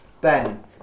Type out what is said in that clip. ben